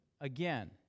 again